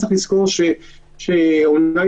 זה לא משהו שצריך לעלות